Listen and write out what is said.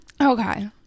Okay